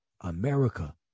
America